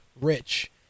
Rich